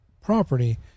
property